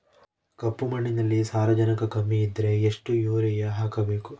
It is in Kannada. ಕಪ್ಪು ಮಣ್ಣಿನಲ್ಲಿ ಸಾರಜನಕ ಕಮ್ಮಿ ಇದ್ದರೆ ಎಷ್ಟು ಯೂರಿಯಾ ಹಾಕಬೇಕು?